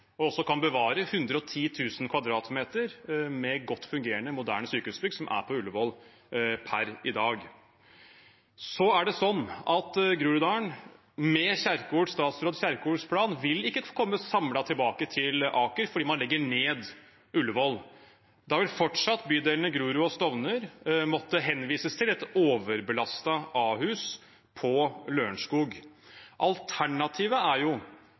også kan bevare 110 000 m² med godt fungerende moderne sykehusbygg, som er på Ullevål per i dag. Så er det sånn at Groruddalen, med statsråd Kjerkols plan, ikke vil komme samlet tilbake til Aker, fordi man legger ned Ullevål. Da vil fortsatt bydelene Grorud og Stovner måtte henvises til et overbelastet Ahus på Lørenskog. Alternativet er jo